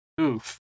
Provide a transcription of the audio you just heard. oof